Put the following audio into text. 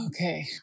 okay